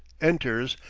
enters,